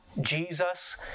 Jesus